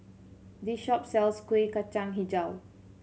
this shop sells Kuih Kacang Hijau